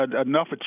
enough